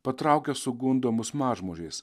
patraukia sugundo mus mažmožiais